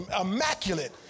immaculate